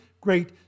great